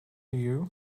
you